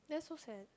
that's so sad